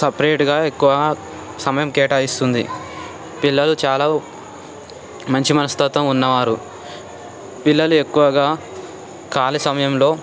సపరేటుగా ఎక్కువ సమయం కేటాయిస్తుంది పిల్లలు చాలా మంచి మనస్తత్వం ఉన్నవారు పిల్లలు ఎక్కువగా ఖాళీ సమయంలో